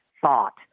thought